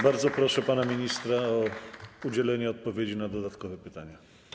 Bardzo proszę pana ministra o udzielenie odpowiedzi na dodatkowe pytanie.